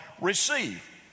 Receive